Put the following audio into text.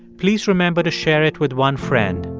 please remember to share it with one friend.